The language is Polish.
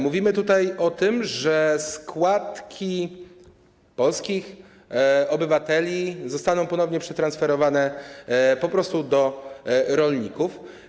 Mówimy tutaj o tym, że składki polskich obywateli zostaną ponownie przetransferowane po prostu do rolników.